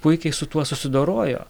puikiai su tuo susidorojo